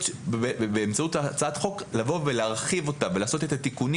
ובאמצעות הצעת החוק להרחיב אותם ולעשות את התיקונים